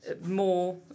more